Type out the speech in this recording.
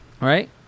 right